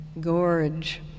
gorge